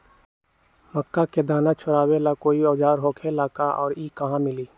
मक्का के दाना छोराबेला कोई औजार होखेला का और इ कहा मिली?